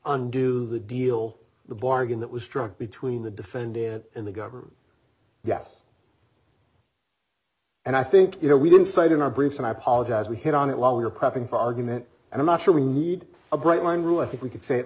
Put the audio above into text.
undo the deal the bargain that was struck between the defendant and the governor yes and i think you know we didn't cite in our briefs and i apologize we hit on it while we're prepping for argument and i'm not sure we need a bright line rule i think we can say at